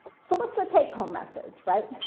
so what's the take-home message, right?